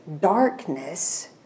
darkness